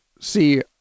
see